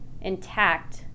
intact